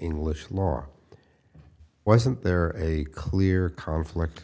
english law or wasn't there a clear conflict